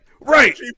Right